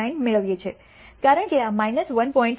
989 મેળવીએ છીએ કારણ કે આ 1